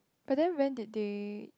but then when they there